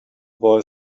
boy